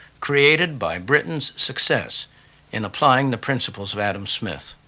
created by britain's success in applying the principles of adam smith.